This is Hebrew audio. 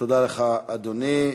תודה לך, אדוני.